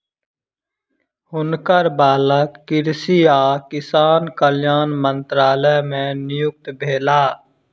हुनकर बालक कृषि आ किसान कल्याण मंत्रालय मे नियुक्त भेला